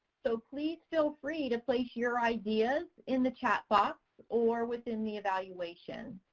so please feel free to place your ideas in the chat box or within the evaluation.